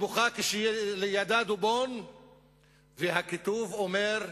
ובוכה כשלידה דובון והכיתוב אומר: